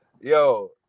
Yo